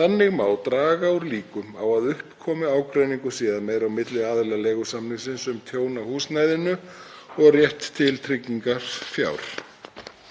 Þannig má draga úr líkum á að upp komi ágreiningur síðar meir á milli aðila leigusamningsins um tjón á húsnæðinu og rétt til tryggingarfjár.